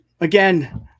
Again